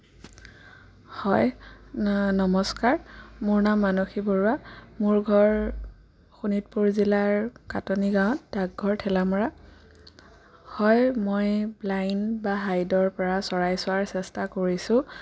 হয় নমস্কাৰ মোৰ নাম মানসী বৰুৱা মোৰ ঘৰ শোণিতপুৰ জিলাৰ কাটনি গাঁৱত ডাকঘৰ ঠেলামৰা হয় মই ব্লাইণ্ড বা হাইডৰ কৰা চৰাই চোৱাৰ চেষ্টা কৰিছোঁ